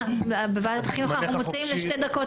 בוועדת החינוך אנחנו מוציאים לשתי דקות